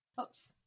Oops